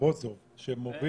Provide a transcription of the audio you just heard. רזבוזוב שמוביל